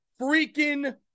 freaking